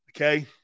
Okay